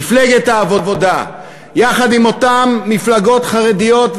מפלגת העבודה יחד עם אותן מפלגות חרדיות.